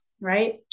right